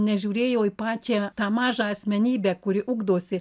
nežiūrėjo į pačią tą mažą asmenybę kuri ugdosi